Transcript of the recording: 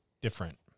different